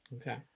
Okay